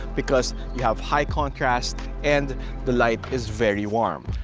because you have high contrast, and the light is very warm.